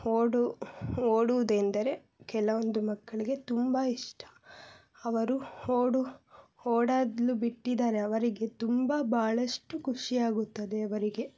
ಓಡು ಓಡುವುದೆಂದರೆ ಕೆಲವೊಂದು ಮಕ್ಕಳಿಗೆ ತುಂಬ ಇಷ್ಟ ಅವರು ಓಡು ಓಡಲು ಬಿಟ್ಟಿದ್ದರೆ ಅವರಿಗೆ ತುಂಬ ಬಹಳಷ್ಟು ಖುಷಿಯಾಗುತ್ತದೆ ಅವರಿಗೆ